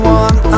one